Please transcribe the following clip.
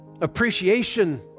appreciation